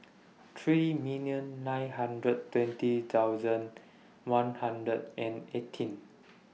three million nine hundred twenty thousand one hundred and eighteen